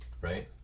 Right